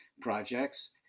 projects